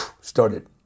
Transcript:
started